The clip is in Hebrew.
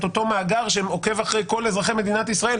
את אותו מאגר שעוקב אחרי כל אזרחי מדינת ישראל,